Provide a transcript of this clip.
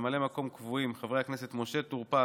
ממלאי מקום קבועים: חברי הכנסת משה טור פז,